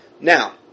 Now